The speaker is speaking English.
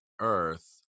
Earth